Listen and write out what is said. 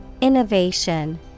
Innovation